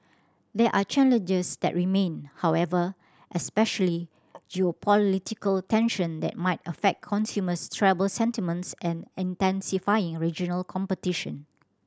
there are challenges that remain however especially geopolitical tension that might affect consumer travel sentiments and intensifying regional competition